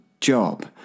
job